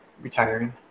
retiring